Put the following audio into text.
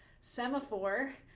semaphore